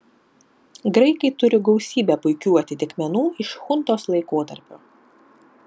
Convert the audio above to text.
graikai turi gausybę puikių atitikmenų iš chuntos laikotarpio